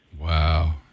Wow